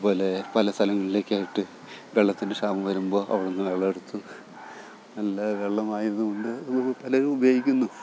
അതുപോലെ പല സലങ്ങളിലേക്കായിട്ട് വെള്ളത്തിന് ക്ഷാമം വരുമ്പോൾ അവിടെന്ന് വെള്ളമെടുത്ത് നല്ല വെള്ളമായത് കൊണ്ട് പലരും ഉപയോഗിക്കുന്നു